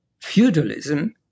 feudalism